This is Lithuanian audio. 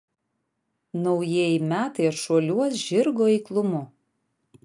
naujieji metai atšuoliuos žirgo eiklumu